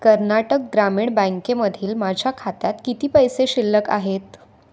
कर्नाटक ग्रामीण बँकेमधील माझ्या खात्यात किती पैसे शिल्लक आहेत